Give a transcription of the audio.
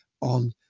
on